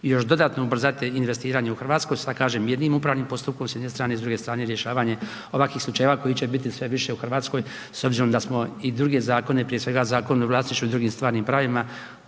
još dodatno ubrzati investiranje u Hrvatsku sa kažem jednim upravnim postupkom s jedne strane i s druge strane rješavanje ovakvih slučajeva koji će biti sve više u Hrvatskoj s obzirom da smo i druge zakone, prije svega Zakon o vlasništvu i drugim stvarnim pravima